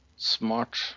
Smart